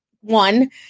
one